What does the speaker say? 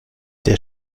der